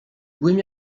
byłem